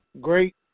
great